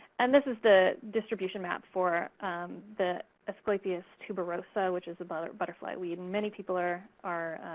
and this is the distribution map for the asclepias tuberosa, which is but butterflyweed. and many people are are